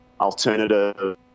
alternative